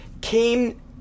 came